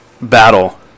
battle